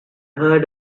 heard